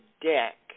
deck